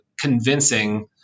convincing